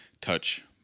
touch